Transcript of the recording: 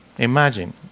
Imagine